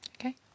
Okay